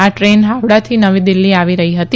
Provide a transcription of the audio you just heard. આ ટ્રેન હાવડાથી નવી દિલ્ફી આવી રહી હતી